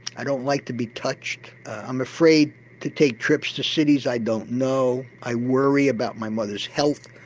i don't like to be touched, i'm afraid to take trips to cities i don't know, i worry about my mother's health'.